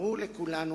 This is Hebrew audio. ברור לכולנו